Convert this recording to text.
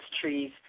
trees